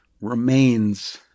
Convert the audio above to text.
remains